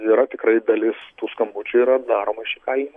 yra tikrai dalis tų skambučių yra daroma iš įkalinimo